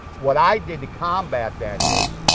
what i did to combat that, is